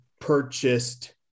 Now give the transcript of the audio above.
purchased